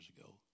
ago